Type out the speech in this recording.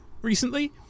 recently